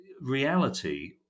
Reality